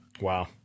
Wow